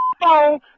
phone